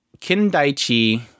Kindaichi